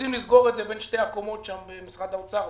שיודעים לסגור את זה בין שתי הקומות במשרד האוצר,